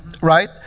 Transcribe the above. right